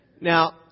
Now